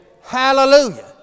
Hallelujah